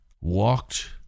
walked